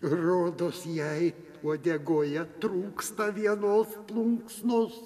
rodos jai uodegoje trūksta vienos plunksnos